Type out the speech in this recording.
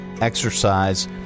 exercise